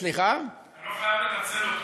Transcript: לא חייב לנצל אותה.